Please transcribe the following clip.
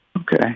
Okay